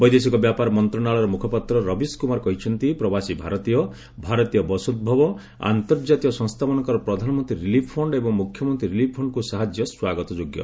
ବୈଦେଶିକ ବ୍ୟାପାର ମନ୍ତ୍ରଣାଳୟ ମୁଖପାତ୍ର ରବୀଶ କୁମାର କହିଛନ୍ତି ପ୍ରବାସୀ ଭାରତୀୟ ଭାରତୀୟ ବଂଶୋଭବ ଅନ୍ତର୍ଜାତୀୟ ସଂସ୍ଥାମାନଙ୍କର ପ୍ରଧାନମନ୍ତ୍ରୀ ରିଲିଫ୍ ଫଣ୍ଡ୍ ଏବଂ ମୁଖ୍ୟମନ୍ତ୍ରୀ ରିଲିଫ୍ ଫଣ୍ଟକୁ ସାହାଯ୍ୟ ସ୍ୱାଗତଯୋଗ୍ୟ